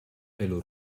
pelo